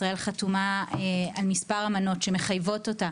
ישראל חתומה על כמה אמנות שמחייבות אותה